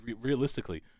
realistically